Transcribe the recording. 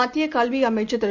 மத்தியகல்விஅமைச்சர் திரு